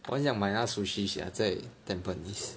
我很想买那个 sushi sia 在 Tampines